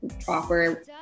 proper